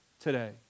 today